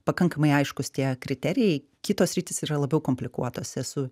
pakankamai aiškūs tie kriterijai kitos sritys yra labiau komplikuotos esu